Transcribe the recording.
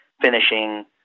finishing